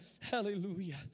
Hallelujah